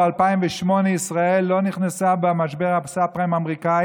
ב-2008 ישראל לא נכנסה למשבר הסאב-פריים האמריקני